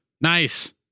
Nice